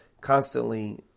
constantly